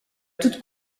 toute